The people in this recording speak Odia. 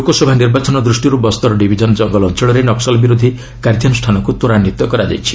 ଲୋକସଭା ନିର୍ବାଚନ ଦୃଷ୍ଟିରୁ ବସ୍ତର ଡିଭିଜନ କଙ୍ଗଲ ଅଞ୍ଚଳରେ ନକ୍କଲ ବିରୋଧୀ କାର୍ଯ୍ୟାନୁଷାନ ତ୍ୱରାନ୍ୱିତ ହୋଇଛି